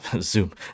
zoom